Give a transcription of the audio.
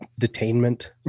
detainment